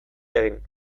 egin